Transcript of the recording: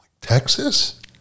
Texas